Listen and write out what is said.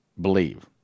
believe